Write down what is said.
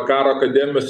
karo akademijos